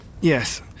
Yes